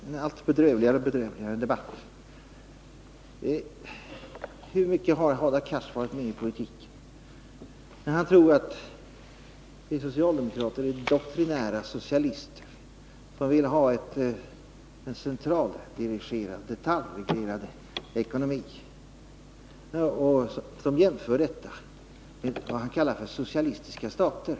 Herr talman! Det här blir, tyvärr, en allt bedrövligare debatt. Hur mycket har Hadar Cars varit med i politiken? Han tror att vi socialdemokrater är doktrinära socialister som vill ha en centraldirigerad och detaljreglerad ekonomi och jämför vår politik med konsumentpolitiken i vad han kallar socialistiska stater!